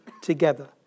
together